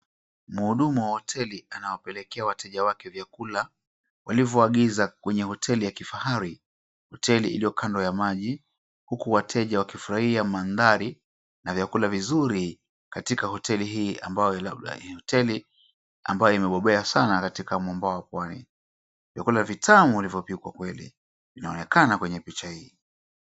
Muhudumu wa hoteli anawapelekea wateja wake vyakula walivyoagiza kwenye hoteli ya kifahari. Hoteli iliyo kando ya maji huku wateja wakifurahia mandhari na vyakula vizuri katika hoteli hii ambayo labda ni hoteli ambayo imeboboea sana katika mumbwa wa pwani. Vyakula vitamu vilivyo pikwa kweli vinaonekana katika picha hii.